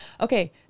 Okay